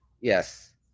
yes